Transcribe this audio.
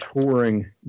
touring